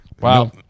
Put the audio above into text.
Wow